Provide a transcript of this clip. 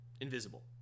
invisible